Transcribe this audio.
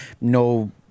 No